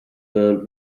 girl